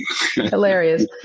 Hilarious